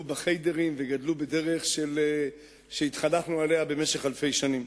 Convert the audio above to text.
ב"חדרים" וגדלו בדרך שהתחנכנו עליה במשך אלפי שנים.